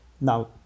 now